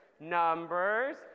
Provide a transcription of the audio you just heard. Numbers